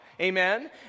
Amen